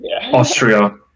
Austria